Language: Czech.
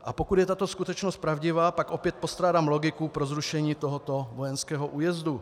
A pokud je tato skutečnost pravdivá, pak opět postrádám logiku pro zrušení tohoto vojenského újezdu.